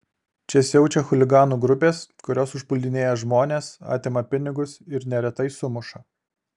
čia siaučia chuliganų grupės kurios užpuldinėja žmones atima pinigus ir neretai sumuša